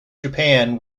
japan